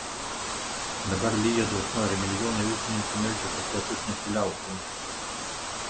dabar lyja dosniau ir milijonai ūkininkų meldžia kad lietus nesiliautų